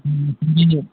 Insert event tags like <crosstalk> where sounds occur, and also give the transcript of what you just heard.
<unintelligible>